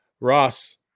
Ross